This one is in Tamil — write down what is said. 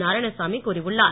நாராயணசாமி கூறியுள்ளார்